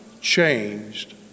changed